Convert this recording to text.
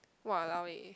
!walao! eh